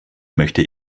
möchte